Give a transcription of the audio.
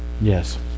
Yes